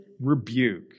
rebuke